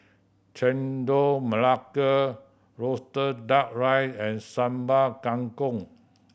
Chendol Melaka roasted Duck Rice and Sambal Kangkong